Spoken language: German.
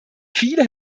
viele